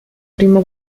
primo